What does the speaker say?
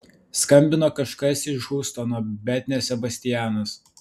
skambino kažkas iš hjustono bet ne sebastianas